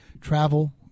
travel